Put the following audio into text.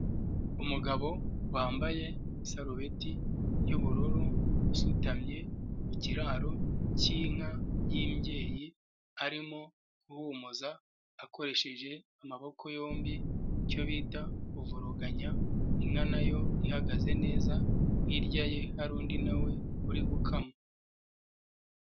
Umugabo wambaye sarubeti y'ubururu usutamye ku kiraro k'inka y'imbyeyi, arimo guhumuza akoresheje amaboko yombi, icyo bita kuvuruganya inka na yo ihagaze neza hirya ye hari undi na we uri gukama.